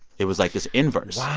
it was, like, this inverse wow